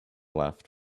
left